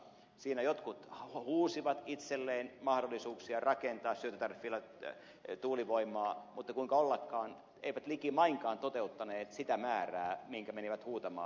siinä jotkut huusivat itselleen mahdollisuuksia rakentaa syöttötariffilla tuulivoimaa mutta kuinka ollakaan eivät likimainkaan toteuttaneet sitä määrää minkä menivät huutamaan